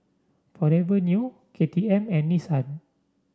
Forever New K T M and Nissan